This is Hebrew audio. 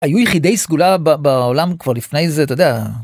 היו יחידי סגולה בעולם כבר לפני זה אתה יודע.